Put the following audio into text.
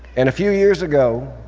and a few years ago,